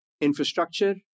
infrastructure